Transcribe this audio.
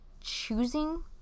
choosing